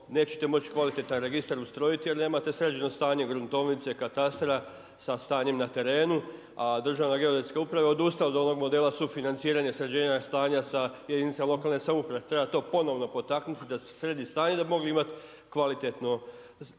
nećete moći kvalitetan registar ustrojiti jer nemate sređeno stanje gruntovnice, katastra sa stanjem na teretnu a Državna geodetska uprava je odustala od onog modela sufinanciranja sređenja stanja sa jedinicama lokalne samouprave. Treba to ponovno potaknuti da se sredi stanje da bi mogli imati kvalitetnu